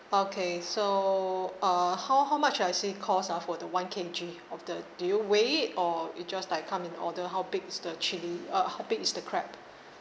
okay so uh how how much does it actually cost ah for the one K_G of the do you weight it or it just like come in order how big is the chili uh how big is the crab